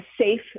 safe